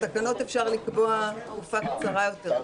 בתקנות אפשר לקבוע תקופה קצרה יותר.